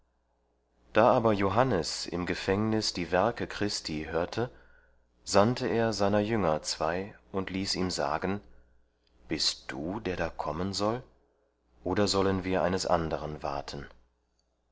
da aber johannes im gefängnis die werke christi hörte sandte er seiner jünger zwei und ließ ihm sagen bist du der da kommen soll oder sollen wir eines anderen warten